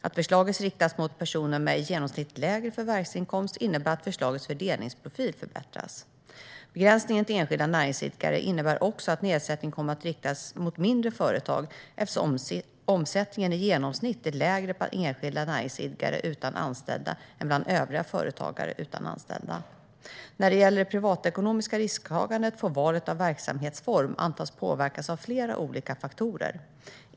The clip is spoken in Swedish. Att förslaget riktas mot personer med i genomsnitt lägre förvärvsinkomst innebär att förslagets fördelningsprofil förbättras. Begränsningen till enskilda näringsidkare innebär också att nedsättningen kommer att riktas mot mindre företag, eftersom omsättningen i genomsnitt är lägre bland enskilda näringsidkare utan anställda än bland övriga företagare utan anställda. När det gäller det privatekonomiska risktagandet får valet av verksamhetsform antas påverkas av flera olika faktorer.